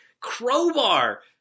crowbar